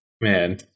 Man